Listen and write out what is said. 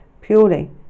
purely